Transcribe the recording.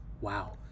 wow